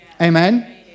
Amen